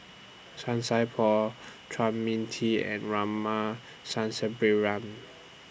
San Sai Por Chua Mia Tee and Rama